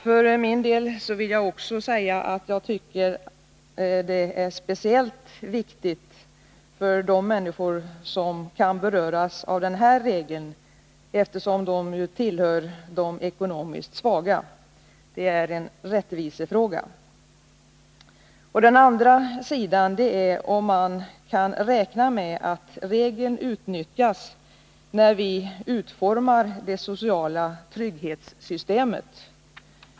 För min del vill jag också säga att jag tycker att det är speciellt viktigt för de människor som kan beröras av den här regeln, eftersom de ju tillhör de ekonomiskt svaga. Det är en rättvisefråga. Den andra sidan av denna fråga är om man kan räkna med att regeln utnyttjas, när vi utformar det sociala trygghetssystemet.